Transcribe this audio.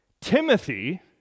Timothy